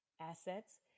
assets